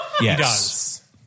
Yes